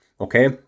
Okay